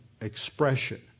expression